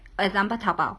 example Taobao